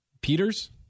Peters